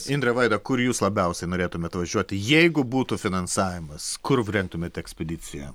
indre vaida kur jūs labiausiai norėtumėt važiuoti jeigu būtų finansavimas kur rengtumėt ekspediciją